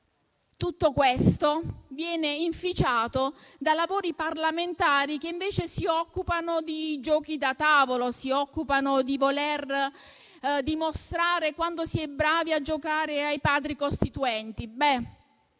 Tutto questo viene inficiato da lavori parlamentari che invece si occupano di giochi da tavolo, si occupano di dimostrare quanto si è bravi a giocare ai Padri costituenti.